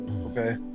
Okay